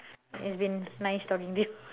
it's been nice talking to you